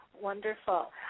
Wonderful